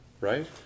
right